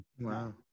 wow